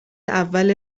اول